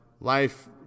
life